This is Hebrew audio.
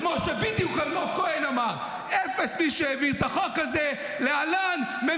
ומעבירים לו 30 מיליון דולר כל חודש.